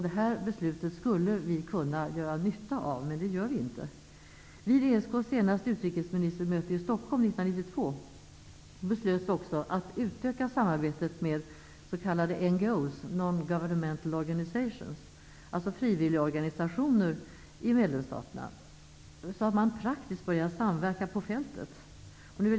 Det beslutet skulle vi kunna göra nytta av, men det gör vi inte. Stockholm 1992 beslöts också att utöka samarbetet med s.k. NGO, non-governmental organizations, alltså frivilligorganisationer i medlemsstaterna, till praktisk samverkan på fältet.